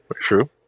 true